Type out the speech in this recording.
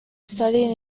studied